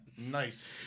Nice